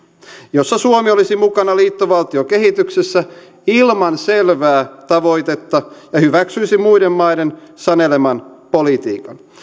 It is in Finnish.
jossa suomi olisi mukana liittovaltiokehityksessä ilman selvää tavoitetta ja hyväksyisi muiden maiden saneleman politiikan